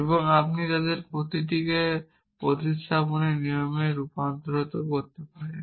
এবং আপনি তাদের প্রতিটিকে প্রতিস্থাপনের নিয়মে রূপান্তর করতে পারেন